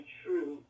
true